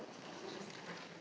Hvala.